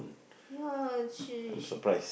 ya she she